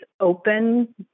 open